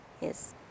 yes